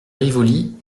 rivoli